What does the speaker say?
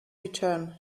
return